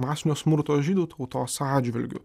masinio smurto žydų tautos atžvilgiu